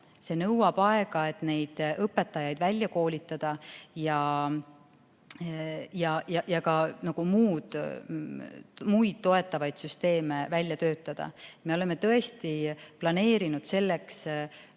aega. Nõuab aega, et õpetajaid välja koolitada ja ka muid toetavaid süsteeme välja töötada. Me oleme tõesti planeerinud selleks